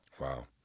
Wow